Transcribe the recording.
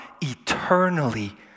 eternally